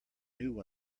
new